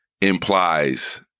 implies